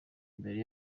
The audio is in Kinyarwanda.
mbere